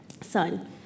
son